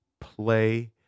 play